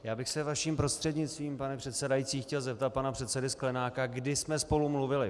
Já bych se vaším prostřednictvím, pane předsedající, chtěl zeptat pana předsedy Sklenáka, kdy jsme spolu mluvili.